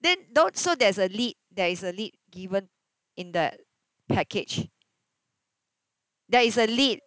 then don't so there's a lid there is a lid given in that package there is a lid